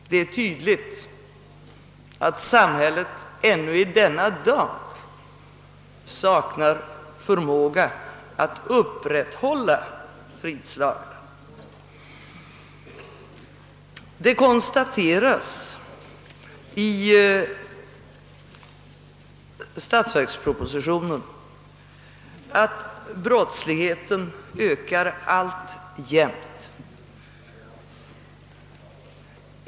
Det är tydligt att samhället ännu i denna dag saknar förmåga att upprätthålla fridslagarna. Det konstateras i statsverkspropositionen att brottsligheten alltjämt ökar.